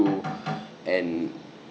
crew and